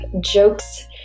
jokes